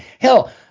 Hell